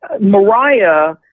Mariah